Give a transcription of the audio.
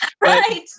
Right